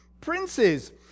princes